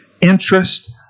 interest